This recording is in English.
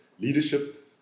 leadership